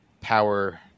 Power